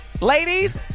Ladies